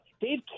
Dave